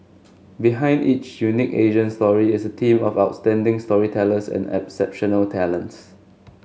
behind each unique Asian story is a team of outstanding storytellers and exceptional talents